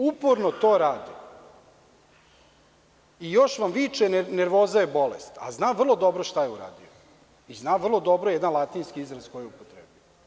Uporno to radi i još vam viče – nervoza je bolest, a zna vrlo dobro šta je uradio i zna vrlo dobro jedan latinski izraz koji je upotrebio.